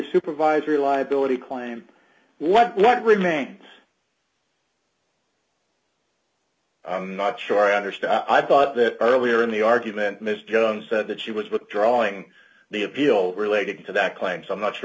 supervisory liability claim what remains i'm not sure i understand i bought it earlier in the argument mr jones said that she was withdrawing the appeal related to that claims i'm not sure